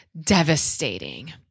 devastating